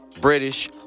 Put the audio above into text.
British